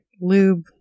lube